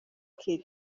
kelly